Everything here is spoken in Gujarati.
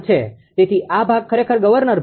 તેથી આ ભાગ ખરેખર ગવર્નર ભાગ છે